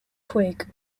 quake